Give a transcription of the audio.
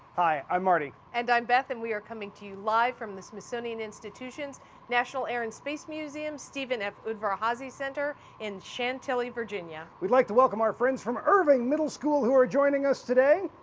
i'm marty. and i'm beth and we're coming to you live from the smithsonian institution's national air and space museum steven f. udvar-hazy center in chantilly, virginia. we'd like to welcome our friends from irving middle school who are joining us.